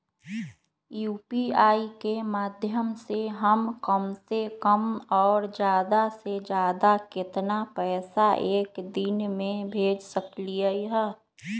UPI के माध्यम से हम कम से कम और ज्यादा से ज्यादा केतना पैसा एक दिन में भेज सकलियै ह?